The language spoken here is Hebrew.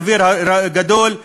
וסבירות גבוהה,